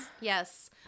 Yes